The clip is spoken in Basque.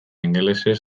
ingelesez